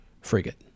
frigate